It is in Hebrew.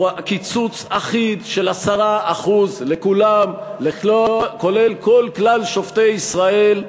קיצוץ אחיד של 10% לכולם, כולל כלל שופטי ישראל,